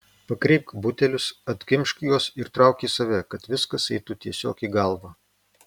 pakreipk butelius atkimšk juos ir trauk į save kad viskas eitų tiesiog į galvą